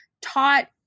taught